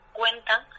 cuentan